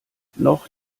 noch